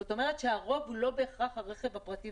זאת אומרת שהרוב הוא לא בהכרח הרכב הפרטי